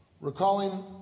Recalling